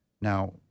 Now